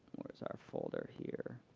where's our folder here?